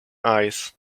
eyes